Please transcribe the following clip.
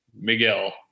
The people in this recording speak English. Miguel